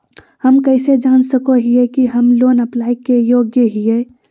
हम कइसे जान सको हियै कि हम लोन अप्लाई के योग्य हियै?